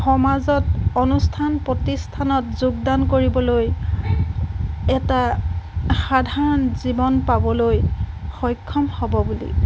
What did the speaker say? সমাজত অনুষ্ঠান প্ৰতিষ্ঠানত যোগদান কৰিবলৈ এটা সাধাৰণ জীৱন পাবলৈ সক্ষম হ'ব বুলি